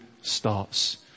starts